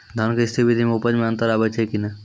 धान के स्री विधि मे उपज मे अन्तर आबै छै कि नैय?